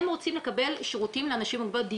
הם רוצים לקבל שירותים לאנשים עם מוגבלות,